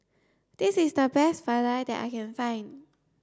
this is the best Vadai that I can find